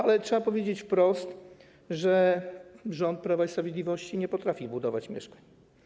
Ale trzeba powiedzieć wprost, że rząd Prawa i Sprawiedliwości nie potrafi budować mieszkań.